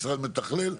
משרד מתכלל,